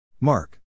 Mark